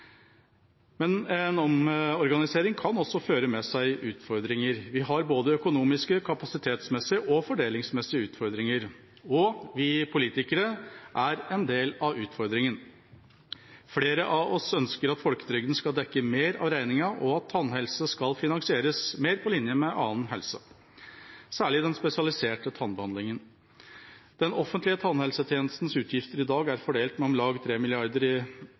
En omorganisering kan også føre med seg utfordringer. Vi har både økonomiske, kapasitetsmessige og fordelingsmessige utfordringer. Og vi politikere er en del av utfordringen. Flere av oss ønsker at folketrygden skal dekke mer av regningen, og at tannhelse skal finansieres mer på linje med annen helse, særlig den spesialiserte tannbehandlingen. Den offentlige tannhelsetjenestens utgifter er i dag fordelt med om lag 3 mrd. kr i